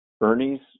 Ernie's